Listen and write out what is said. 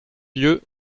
lieu